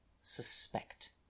suspect